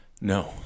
no